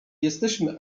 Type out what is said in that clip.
jesteśmy